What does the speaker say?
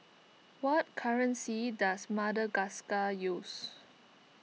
what currency does Madagascar use